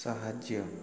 ସାହାଯ୍ୟ